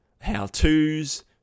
how-tos